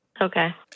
Okay